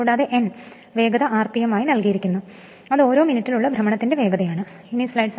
കൂടാതെ N വേഗത rpm ആയി നൽകിയിരിക്കുന്നു അത് ഓരോ മിനിറ്റിൽ ഉള്ള ഭ്രമണത്തിന്റെ വേഗത ആണ്